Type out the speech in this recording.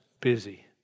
busy